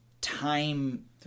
time